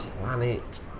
planet